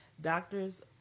doctors